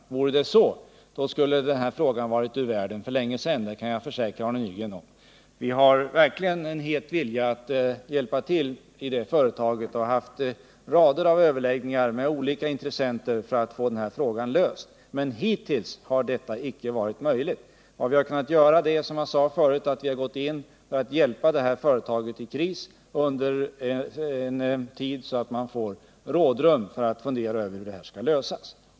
Om så vore fallet, kan jag försäkra Arne Nygren att denna fråga varit ur världen för länge sedan. Vi har verkligen en het vilja att hjälpa till. Vi har haft rader av överläggningar med olika intressenter för att få denna fråga avklarad, men hittills har detta inte varit möjligt. Vi har gjort vad vi kunnat för att hjälpa företaget i denna krissituation under viss tid för att företaget skulle få rådrum att fundera över hur problemen skall lösas.